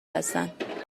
هستند